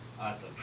Awesome